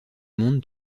monde